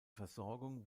versorgung